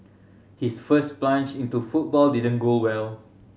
his first plunge into football didn't go well